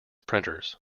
printers